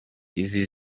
izi